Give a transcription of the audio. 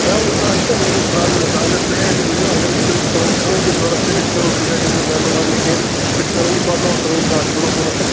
نہٕ حظ اَسہِ چھِنہٕ وۅنۍ یَپٲرۍ پرٛابلِم گژھان اَگر تُہۍ اَسہِ ؤنِو اَگر أسۍ تۄہہِ تُہٕنٛز پنٕںۍ کِنۍ ضروٗرت پیٚیہِ أسۍ کَرَو کُنہِ جایہِ دِمَو درناہ ورناہ کیٚنٛہہ أسۍ کَرَو أسۍ واتٕناوَو تُہٕنٛز کَتھ برٛونٛہہ کُنَتھ